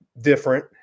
different